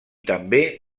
també